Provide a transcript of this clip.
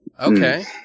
Okay